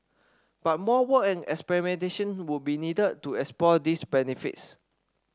but more work and experimentation would be needed to explore these benefits